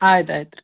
ಆಯ್ತು ಆಯ್ತು ರೀ